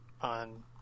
on